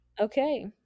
Okay